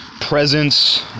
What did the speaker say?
presence